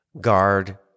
guard